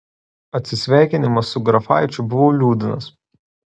atsisveikinimas su grafaičiu buvo liūdnas